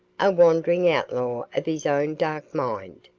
a wandering outlaw of his own dark mind,